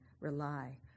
rely